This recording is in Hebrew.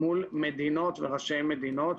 מול מדינות וראשי מדינות,